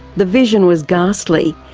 the vision was ghastly.